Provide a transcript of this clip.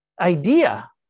idea